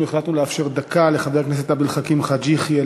אנחנו החלטנו לאפשר דקה לחבר הכנסת עבד אל חכים חאג' יחיא,